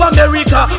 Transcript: America